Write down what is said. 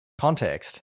context